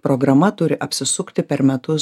programa turi apsisukti per metus